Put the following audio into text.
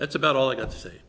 that's about all i got to s